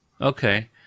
okay